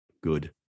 good